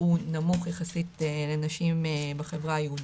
הוא נמוך יחסית לנשים בחברה היהודית.